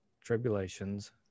tribulations